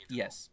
yes